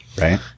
right